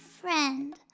friend